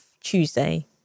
Tuesday